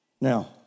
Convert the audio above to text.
Now